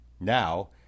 Now